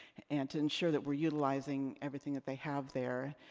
and to ensure that we're utilizing everything that they have there.